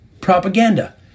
propaganda